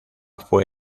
fue